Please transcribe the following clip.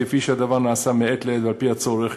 כפי שהדבר נעשה מעת לעת ועל-פי הצורך,